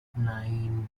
nine